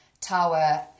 tower